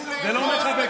זה לא מכבד.